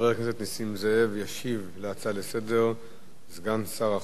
ישיב על ההצעה לסדר-היום סגן שר החוץ דני אילון,